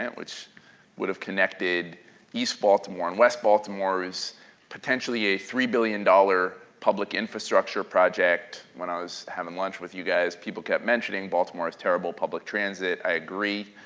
which would have connected east baltimore and west baltimore is potentially a three billion dollars public infrastructure project. when i was having lunch with you guys people kept mentioning baltimore has terrible public transit, i agree.